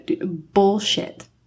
bullshit